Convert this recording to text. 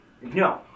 No